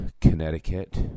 Connecticut